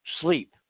sleep